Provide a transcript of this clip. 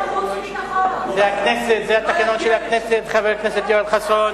זה התקנון של הכנסת, חבר הכנסת יואל חסון.